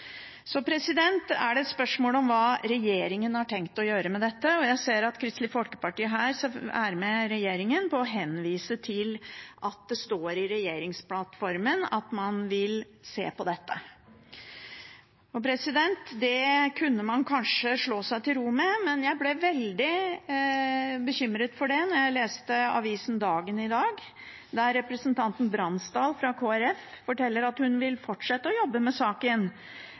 Så er det et spørsmål om hva regjeringen har tenkt å gjøre med dette. Jeg ser at Kristelig Folkeparti i denne saken, sammen med Høyre og Fremskrittspartiet, viser til at det står i regjeringsplattformen at man vil se på dette. Det kunne man kanskje slått seg til ro med, men jeg ble veldig bekymret for det da jeg leste avisen Dagen i dag, der representanten Bransdal, fra Kristelig Folkeparti, forteller at hun vil fortsette å jobbe med saken,